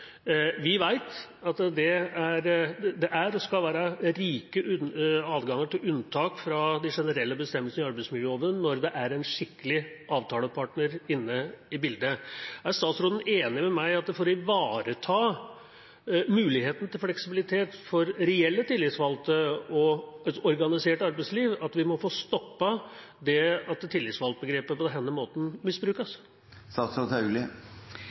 Vi vet at det er og skal være rik adgang til unntak fra de generelle bestemmelsene i arbeidsmiljøloven når det er en skikkelig avtalepartner inne i bildet. Er statsråden enig med meg i at for å ivareta muligheten til fleksibilitet for reelle tillitsvalgte og et organisert arbeidsliv må vi få stoppet det at tillitsvalgtbegrepet på denne måten